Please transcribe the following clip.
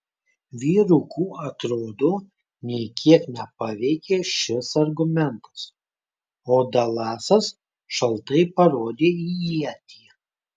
vyrukų atrodo nė kiek nepaveikė šis argumentas o dalasas šaltai parodė į ietį